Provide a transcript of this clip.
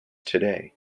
today